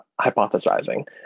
hypothesizing